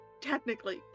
technically